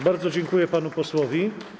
Bardzo dziękuję panu posłowi.